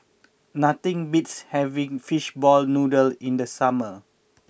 nothing beats having Fishball Noodle in the summer